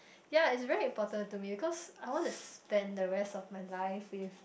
ya it's very important to me because I want to spend the rest of my life with